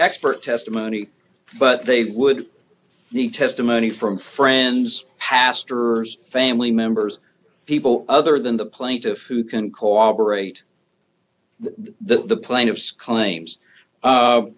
expert testimony but they would need testimony from friends pastor family members people other than the plaintiff who can cooperate the plaintiff's claims